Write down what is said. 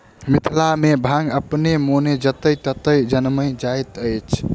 मिथिला मे भांग अपने मोने जतय ततय जनैम जाइत अछि